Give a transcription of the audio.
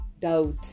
doubt